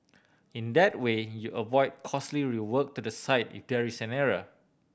in that way you avoid costly rework to the site there is an error